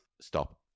Stop